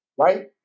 Right